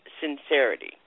sincerity